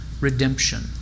redemption